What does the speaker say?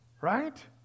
right